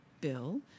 Bill